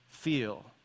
feel